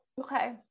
okay